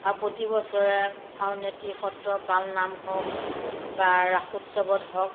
আৰু প্ৰতি বছৰে আউনীআটি সত্ৰত পালনাম হওক বা ৰাসোৎসৱত হওক